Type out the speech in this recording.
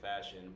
fashion